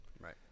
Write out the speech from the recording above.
Right